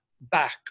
back